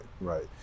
right